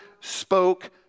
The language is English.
spoke